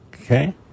Okay